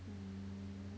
mm